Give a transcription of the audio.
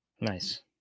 Nice